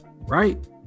Right